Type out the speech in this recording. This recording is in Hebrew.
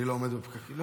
אני לא עומד בפקקים?